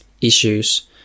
issues